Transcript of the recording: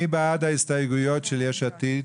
מי בעד ההסתייגויות של יש עתיד?